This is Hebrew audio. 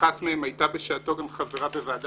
אחת מהן הייתה בשעתו גם חברה בוועדת